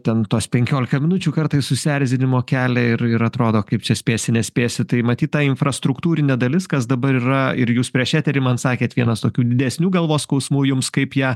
ten tos penkiolika minučių kartais susierzinimo kelia ir ir atrodo kaip čia spėsi nespėsi tai matyt ta infrastruktūrinė dalis kas dabar yra ir jūs prieš eterį man sakėt vienas tokių didesnių galvos skausmų jums kaip ją